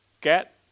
get